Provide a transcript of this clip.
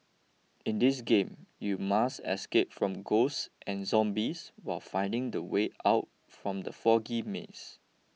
in this game you must escape from ghosts and zombies while finding the way out from the foggy maze